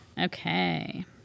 Okay